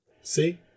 See